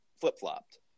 flip-flopped